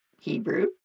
Hebrew